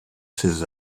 ses